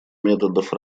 методов